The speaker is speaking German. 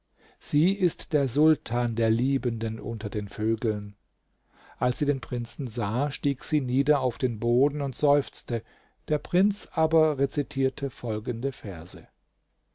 sie ist der sultan der liebenden unter den vögeln als sie den prinzen sah stieg sie nieder auf den boden und seufzte der prinz aber rezitierte folgende verse